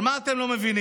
אבל מה אתם לא מבינים?